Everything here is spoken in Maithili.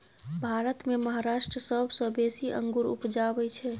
भारत मे महाराष्ट्र सबसँ बेसी अंगुर उपजाबै छै